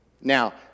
Now